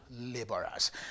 laborers